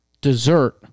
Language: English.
dessert